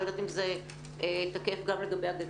אני לא יודעת אם זה תקף גם לגבי הגנים.